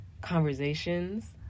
conversations